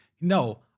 No